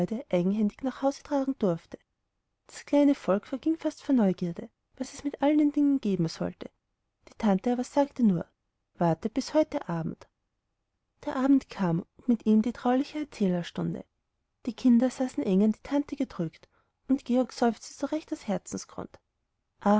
eigenhändig nach hause tragen durfte das kleine volk verging fast vor neugierde was es mit all den dingen geben sollte die tante sagte aber nur wartet bis heute abend der abend kam und mit ihm die trauliche erzählerstunde die kinder saßen eng an die tante gedrückt und georg seufzte so recht aus herzensgrund